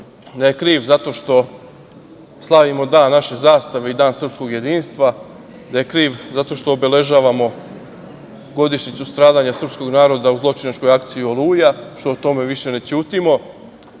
da je kriv zato što slavimo dan naše zastave i dan srpskog jedinstva, da je kriv zato što obeležavamo godišnjicu stradanja srpskog naroda u zločinačkoj akciji "Oluja", što o tome više ne ćutimo,